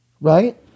Right